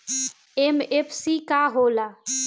MFC का होला?